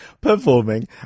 performing